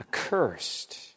accursed